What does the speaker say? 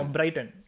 Brighton